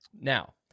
Now